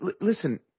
Listen